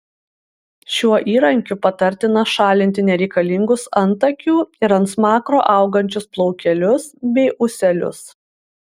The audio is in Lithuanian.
šiuo įrankiu patartina šalinti nereikalingus antakių ir ant smakro augančius plaukelius bei ūselius